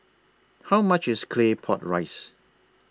How much IS Claypot Rice